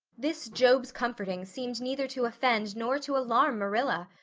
this job's comforting seemed neither to offend nor to alarm marilla.